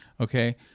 okay